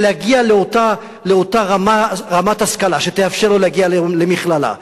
של להגיע לאותה רמת השכלה שתאפשר לו להגיע למכללה?